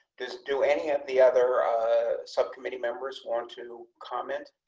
this do any of the other subcommittee members want to comment.